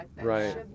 right